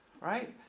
right